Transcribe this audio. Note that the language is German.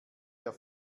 der